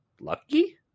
lucky